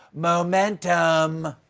momentum!